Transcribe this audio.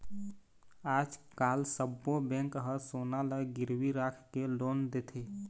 आजकाल सब्बो बेंक ह सोना ल गिरवी राखके लोन देथे